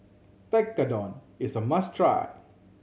tekkadon is a must try